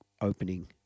opening